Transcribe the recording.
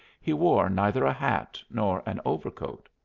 he wore neither a hat nor an overcoat.